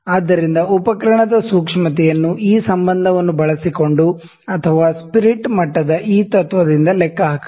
ಆದ್ದರಿಂದ ಉಪಕರಣದ ಸೂಕ್ಷ್ಮತೆಯನ್ನು ಈ ಸಂಬಂಧವನ್ನು ಬಳಸಿಕೊಂಡು ಅಥವಾ ಸ್ಪಿರಿಟ್ ಮಟ್ಟದ ಈ ತತ್ತ್ವದಿಂದ ಲೆಕ್ಕಹಾಕಬಹುದು